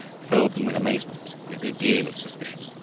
filled them with amazement and a good deal of suspicion.